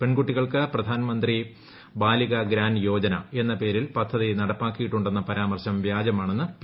പെൺകുട്ടികൾക്ക് പ്രധാൻമന്ത്രി ബാലികാ ഗ്രാന്റ് യോജന എന്ന പേരിൽ പദ്ധതി നടപ്പാക്കിയിട്ടുണ്ടെന്ന പരാമർശം വ്യാജമാണെന്ന് പി